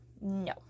No